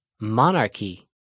Monarchy